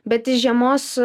bet iš žiemos